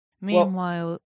Meanwhile